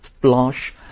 blanche